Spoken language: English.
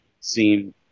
seem